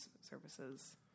services